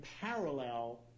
parallel